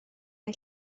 mae